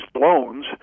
loans